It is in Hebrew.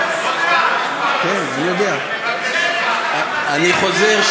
אני חוזר,